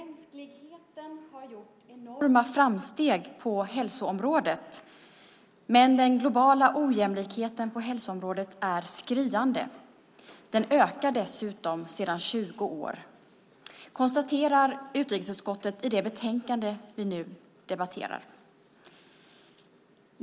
Fru talman! "Mänskligheten har gjort enorma framsteg på hälsoområdet, men den globala ojämlikheten på hälsoområdet är skriande. Den ökar dessutom sedan 20 år." Det konstaterar utskottet i det betänkande vi nu debatterar.